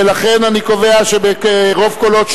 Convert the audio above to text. ולכן אני קובע שברוב קולות,